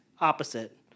opposite